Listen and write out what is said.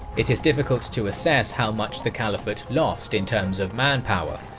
it is difficult to assess how much the caliphate lost in terms of manpower,